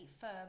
firm